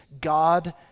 God